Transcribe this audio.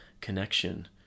connection